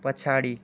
पछाडि